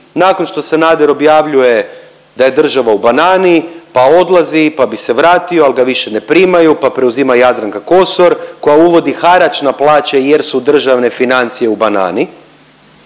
nakon što Sanader objavljuje da je država u banani, pa odlazi, pa bi se vratio, ali ga više ne primaju, pa preuzima Jadranka Kosor koja uvodi harač na plaće jer su državne financije u banani,